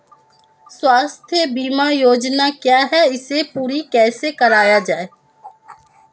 स्वास्थ्य बीमा योजना क्या है इसे पूरी कैसे कराया जाए?